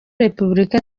repubulika